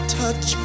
touch